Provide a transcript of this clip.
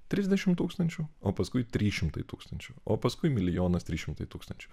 trisdešimt tūkstančių o paskui trys šimtai tūkstančių o paskui milijonas trys šimtai tūkstančių